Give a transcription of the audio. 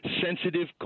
sensitive